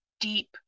deep